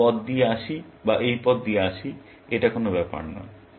এই পথ দিয়ে আসি বা এই পথ দিয়ে আসি এটা কোনো ব্যপার না